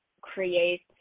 create